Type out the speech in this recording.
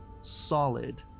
solid